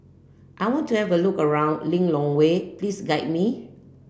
I want to have a look around Lilongwe please guide me